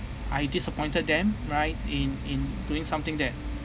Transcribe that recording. I disappointed them right in in doing something that